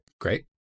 Great